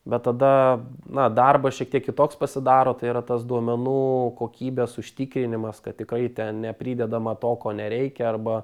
bet tada na darbas šiek tiek kitoks pasidaro tai yra tas duomenų kokybės užtikrinimas kad tikrai ten nepridedama to ko nereikia arba